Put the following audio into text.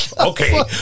Okay